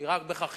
היא רק בחכירה.